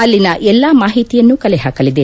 ಅಲ್ಲಿನ ಎಲ್ಲಾ ಮಾಹಿತಿಯನ್ನು ಕಲೆ ಹಾಕಲಿದೆ